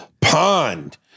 pond